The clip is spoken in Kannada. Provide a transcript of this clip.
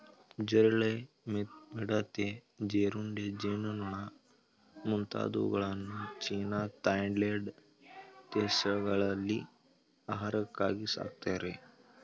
ಜಿರಳೆ, ಮಿಡತೆ, ಜೀರುಂಡೆ, ಜೇನುನೊಣ ಮುಂತಾದವುಗಳನ್ನು ಚೀನಾ ಥಾಯ್ಲೆಂಡ್ ದೇಶಗಳಲ್ಲಿ ಆಹಾರಕ್ಕಾಗಿ ಸಾಕ್ತರೆ